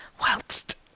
whilst